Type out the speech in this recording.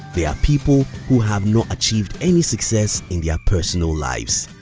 they are people who have not achieved any success in their personal lives.